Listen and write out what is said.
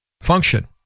function